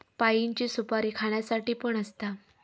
पाइनची सुपारी खाण्यासाठी पण असता